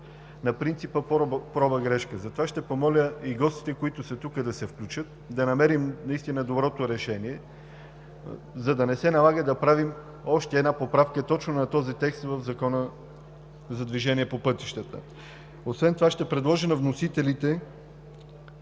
на принципа „проба – грешка“. Затова ще помоля и гостите, които са тук, да се включат, да намерим доброто решение, за да не се налага да правим още една поправка точно на този текст в Закона за движение по пътищата. Освен това ще предложа на вносителите